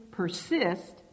Persist